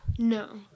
No